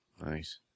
Nice